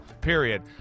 period